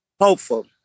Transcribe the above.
hopeful